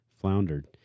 floundered